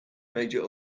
major